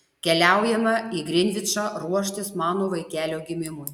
keliaujame į grinvičą ruoštis mano vaikelio gimimui